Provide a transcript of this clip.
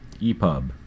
EPUB